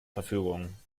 verfügung